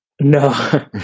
No